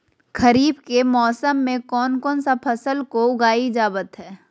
खरीफ के मौसम में कौन कौन सा फसल को उगाई जावत हैं?